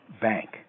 bank